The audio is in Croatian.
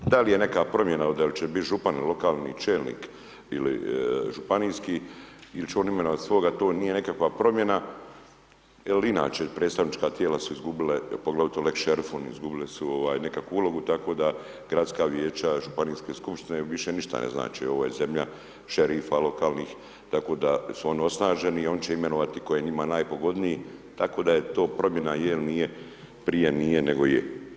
Da li je neka promjena, da li će bit župan lokalni čelnik ili županijski il će on imenovant svoga to nije nekakva promjena jel inače predstavnička tijela su izgubila poglavito „lex šerifom“ izgubila su ovaj nekakvu ulogu tako da gradska vijeća, županijske skupštine više ništa ne znače ovo je zemlja šerifa lokalnih tako da su oni osnaženi i oni će imenovati ko je njima najpogodniji, tako da je to promjena je il nije, prije nije nego je.